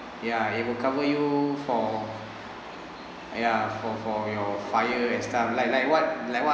ya it will cover you for ya for for your fire and stuff like like what like what